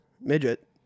midget